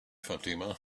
fatima